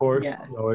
yes